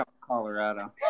Colorado